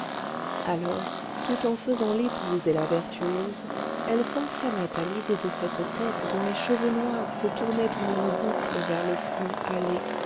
alors tout en faisant l'épouse et la vertueuse elle s'enflammait à l'idée de cette tête dont les cheveux noirs se tournaient en une boucle vers le front